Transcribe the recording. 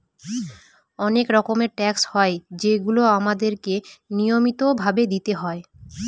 অনেক রকমের ট্যাক্স হয় যেগুলো আমাদেরকে নিয়মিত ভাবে দিতে হয়